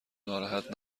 ناراحت